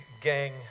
gang